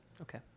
Okay